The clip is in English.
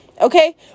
okay